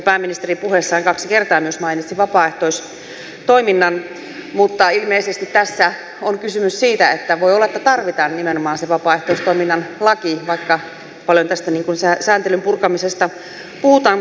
pääministeri puheessaan kaksi kertaa myös mainitsi vapaaehtoistoiminnan mutta ilmeisesti tässä on kysymys siitä että voi olla että tarvitaan nimenomaan se vapaaehtoistoiminnan laki vaikka paljon tästä sääntelyn purkamisesta puhutaan